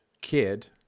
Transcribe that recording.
kid